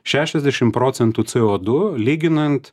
šešiasdešim procentų co du lyginant